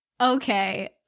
okay